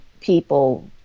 people